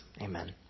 Amen